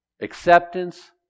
Acceptance